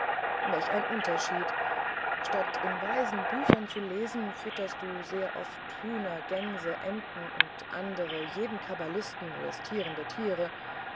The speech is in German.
welch ein unterschied statt in weisen büchern zu lesen fütterst du sehr oft hühner gänse enten und andere jeden kabbalisten molestierende tiere